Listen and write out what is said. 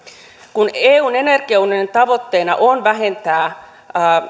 kun eun energiaunionin tavoitteena on vähentää